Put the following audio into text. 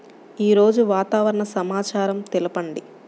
ఈరోజు వాతావరణ సమాచారం తెలుపండి